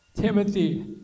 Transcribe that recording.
Timothy